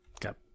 got